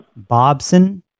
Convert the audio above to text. Bobson